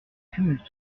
tumulte